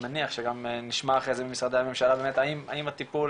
מניח שגם נשמע אחרי זה ממשרדי הממשלה האם הטיפול,